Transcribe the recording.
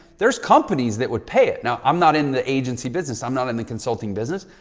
there's companies that would pay it. now i'm not in the agency business, i'm not in the consulting business.